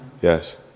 Yes